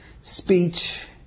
speech